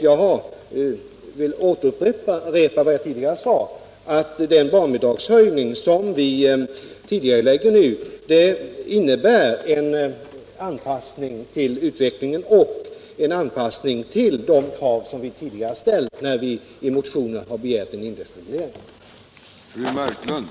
Jag vill upprepa vad jag tidigare sagt, att den barnbidragshöjning som vi nu tidigarelägger innebär en anpassning till de krav som vi tidigare ställt när vi i motioner har begärt en indexreglering.